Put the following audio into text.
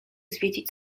zwiedzić